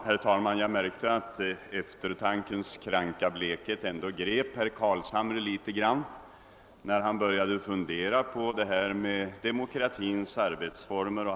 Herr talman! Jag märkte att eftertankens kranka blekhet ändå grep herr Carlshamre när han började fundera på demokratins arbetsformer.